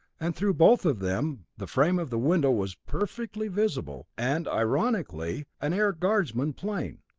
and through both of them the frame of the window was perfectly visible, and, ironically, an air guardsman plane.